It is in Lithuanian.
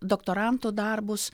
doktorantų darbus